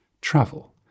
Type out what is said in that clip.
travel